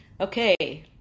okay